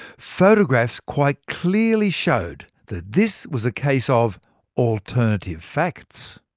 photographs quite clearly showed that this was a case of alternative facts.